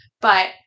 But-